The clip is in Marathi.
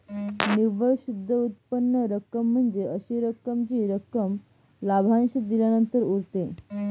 निव्वळ शुद्ध उत्पन्न रक्कम म्हणजे अशी रक्कम जी रक्कम लाभांश दिल्यानंतर उरते